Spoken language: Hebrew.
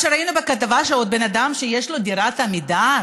מה שראינו בכתבה זה עוד בן אדם שיש לו דירת עמידר,